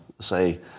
say